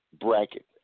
bracket